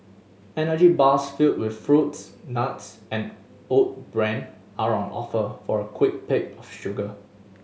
energy bars filled with fruits nuts and oat bran are on offer for a quick pick of sugar